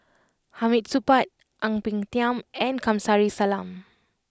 Hamid Supaat Ang Peng Tiam and Kamsari Salam